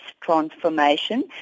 transformation